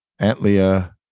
Antlia